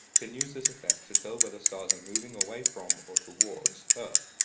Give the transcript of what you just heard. can use this effect to tell whether stars are moving away from, or towards, earth.